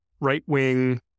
right-wing